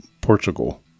Portugal